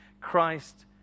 Christ